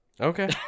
okay